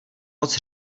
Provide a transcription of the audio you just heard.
moc